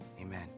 Amen